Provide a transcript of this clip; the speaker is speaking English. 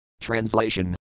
Translation